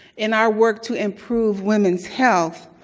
in our work to improve women's health,